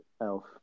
Elf